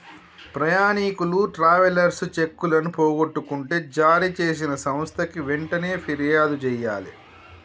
ప్రయాణీకులు ట్రావెలర్స్ చెక్కులను పోగొట్టుకుంటే జారీచేసిన సంస్థకి వెంటనే పిర్యాదు జెయ్యాలే